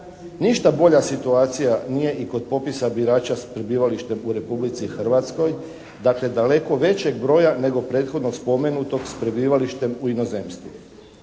Ništa bolja situacija nije i kod popisa birača s prebivalištem u Republici Hrvatskoj, dakle, daleko većeg broja nego prethodnog spomenutog s prebivalištem u inozemstvu.